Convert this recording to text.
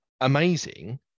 amazing